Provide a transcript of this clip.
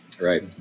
Right